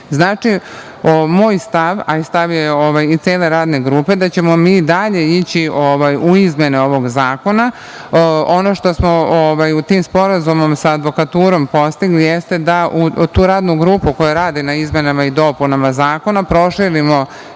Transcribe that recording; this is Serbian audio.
moj stav, a i stav i cele Radne grupe, da ćemo mi dalje ići u izmene ovog zakona. Ono što smo u tom sporazumu sa advokaturom postigli jeste da u tu Radnu grupu koja radi na izmenama i dopunama zakona, proširimo